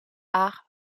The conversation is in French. art